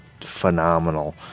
phenomenal